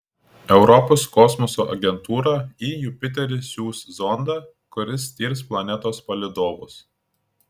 europos kosmoso agentūra į jupiterį siųs zondą kuris tirs planetos palydovus